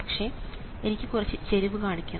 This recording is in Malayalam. പക്ഷേ എനിക്ക് കുറച്ച് ചെരിവ് കാണിക്കണം